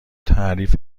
تعریف